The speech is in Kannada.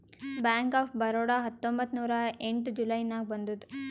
ಬ್ಯಾಂಕ್ ಆಫ್ ಬರೋಡಾ ಹತ್ತೊಂಬತ್ತ್ ನೂರಾ ಎಂಟ ಜುಲೈ ನಾಗ್ ಬಂದುದ್